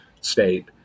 state